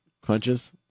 crunches